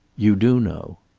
you do know.